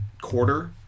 quarter